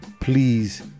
please